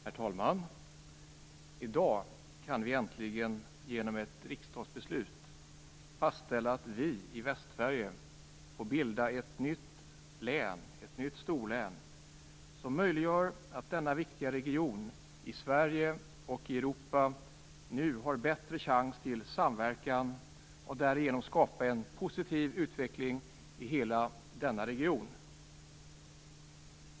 Herr talman! I dag kan vi äntligen genom ett riksdagsbeslut fastställa att vi i Västsverige får bilda ett nytt storlän som möjliggör att denna viktiga region i Sverige och i Europa nu har bättre chans till samverkan och därigenom skapa en positiv utveckling i hela denna region.